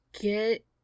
get